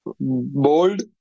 Bold